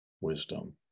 wisdom